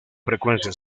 frecuencia